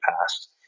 past